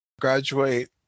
graduate